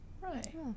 Right